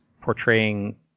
portraying